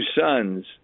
sons